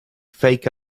fake